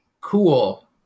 Cool